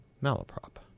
Malaprop